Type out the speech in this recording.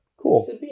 Cool